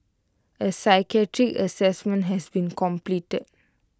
A psychiatric Assessment has been completed